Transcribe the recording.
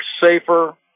safer